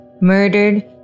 murdered